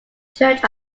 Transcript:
church